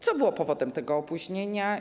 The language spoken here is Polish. Co było powodem tego opóźnienia?